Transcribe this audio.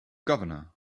governor